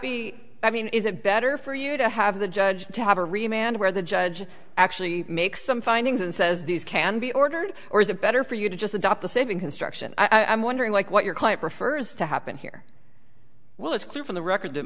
be i mean is it better for you to have the judge to have a remained where the judge actually makes some findings and says these can be ordered or is it better for you to just adopt the saving construction i'm wondering like what your client prefers to happen here well it's clear from the record that